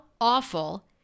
awful